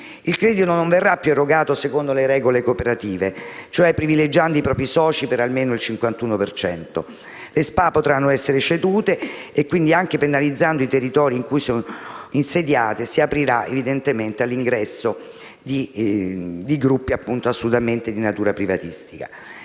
Il credito non verrà più erogato secondo le regole cooperative, cioè privilegiando i propri soci per almeno il 51 per cento; le SpA potranno essere cedute, e quindi anche penalizzando i territori in cui sono insediate, e si aprirà all'ingresso di gruppi di natura privatistica.